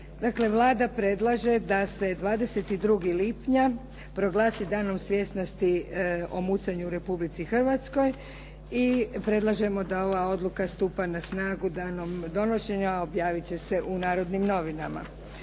Vlada predlaže da se 22. lipnja proglasi Danom svjesnosti o mucanju u Republici Hrvatskoj. I predlažemo da ova odluka stupa na snagu danom donošenja a objavit će se u "Narodnim novinama".